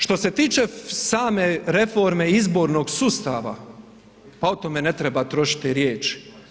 Što se tiče same reforme izbornog sustava, pa o tome ne treba trošiti riječi.